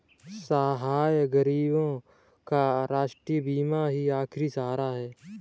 असहाय गरीबों का राष्ट्रीय बीमा ही आखिरी सहारा है